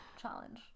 challenge